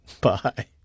Bye